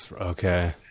okay